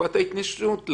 הניסיון מהשטח,